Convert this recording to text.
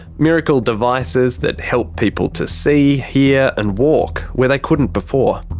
miracle devices that help people to see, hear, and walk where they couldn't before.